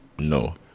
No